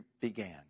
began